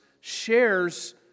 shares